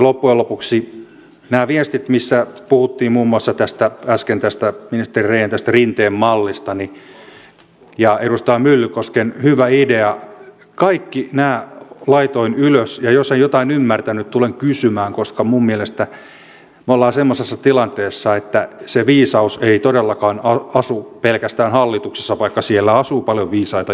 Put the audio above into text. loppujen lopuksi nämä viestit joista puhuttiin muun muassa äsken ministeri rehn tästä rinteen mallista ja edustaja myllykoskella oli hyvä idea kaikki nämä laitoin ylös ja jos en jotain ymmärtänyt tulen kysymään koska minun mielestäni me olemme semmoisessa tilanteessa että se viisaus ei todellakaan asu pelkästään hallituksessa vaikka siellä asuu paljon viisaita ihmisiä